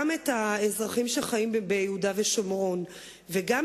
גם את האזרחים שחיים ביהודה ושומרון וגם